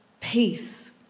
peace